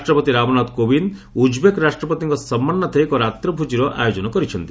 ରାଷ୍ଟ୍ରପତି ରାମନାଥ କୋବିନ୍ଦ ଉଜ୍ବେକ୍ ରାଷ୍ଟ୍ରପତିଙ୍କ ସମ୍ମାନାର୍ଥେ ଏକ ରାତ୍ର ଭୋଜିର ଆୟୋଜନ କରିଛନ୍ତି